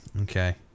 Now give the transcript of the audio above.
Okay